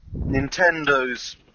Nintendo's